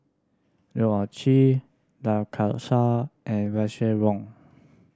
Loh Ah Chee Lai Kew Chai and Russel Wong